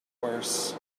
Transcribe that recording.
worse